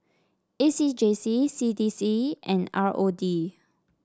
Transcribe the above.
A C J C C D C and R O D